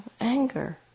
anger